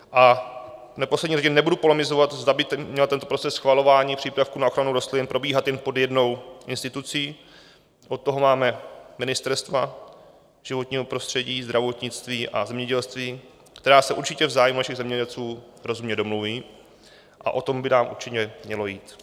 A v neposlední řadě nebudu polemizovat, zda by měl tento proces schvalování přípravků na ochranu rostlin probíhat jen pod jednou institucí, od toho máme ministerstva životního prostředí, zdravotnictví a zemědělství, která se určitě v zájmu našich zemědělců rozumně domluví, a o to by nám určitě mělo jít.